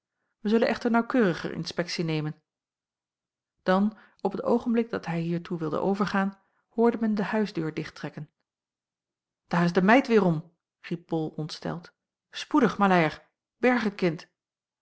wij zullen echter naauwkeuriger inspektie nemen dan op het oogenblik dat hij hiertoe wilde overgaan hoorde men de huisdeur dichttrekken daar is de meid weêrom riep bol ontsteld spoedig maleier berg het kind